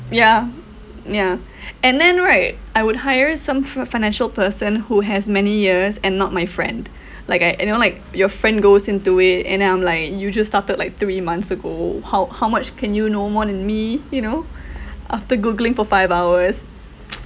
yeah yeah and then right I would hire some fi~ financial person who has many years and not my friend like I you know like your friend goes into it and then I'm like you just started like three months ago how how much can you know more than me you know after googling for five hours